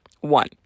One